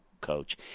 coach